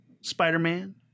Spider-Man